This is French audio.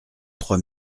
trois